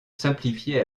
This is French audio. simplifiez